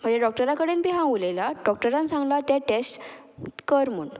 म्हजे डॉक्टरा कडेन बी हांव उलयला डॉक्टरान सांगलां तें टॅस्ट कर म्हूण